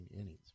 innings